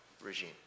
regime